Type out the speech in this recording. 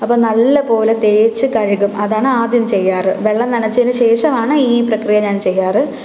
അപ്പം നല്ലതു പോലെ തേച്ചു കഴുകും അതാണ് ആദ്യം ചെയ്യാറ് വെള്ളം നനച്ചതിനു ശേഷമാണ് ഈ പ്രക്രിയ ഞാൻ ചെയ്യാറ്